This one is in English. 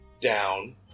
down